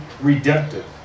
redemptive